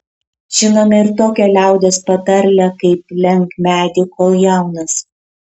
žinome ir tokią liaudies patarlę kaip lenk medį kol jaunas